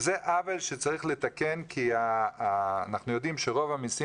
וזה עוול שצריך לתקן כי אנחנו יודעים שרוב המיסים